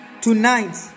tonight